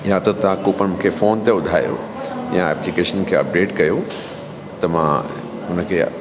या त तव्हां कूपन मूंखे फ़ोन ते ॿुधायो या एप्लीकेशन खे अपडेट कयो त मां उनखे